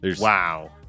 Wow